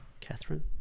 Catherine